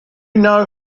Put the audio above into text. know